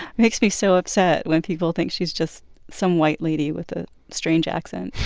makes me so upset when people think she's just some white lady with a strange accent